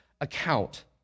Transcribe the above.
account